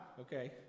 Okay